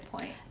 point